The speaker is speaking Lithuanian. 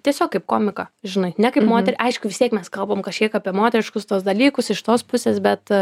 tiesiog kaip komiką žinai ne kaip moterį aišku vistiek mes kalbom kažkiek apie moteriškus tuos dalykus iš tos pusės bet